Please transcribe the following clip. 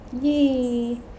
Yay